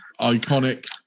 Iconic